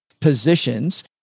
positions